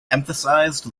emphasized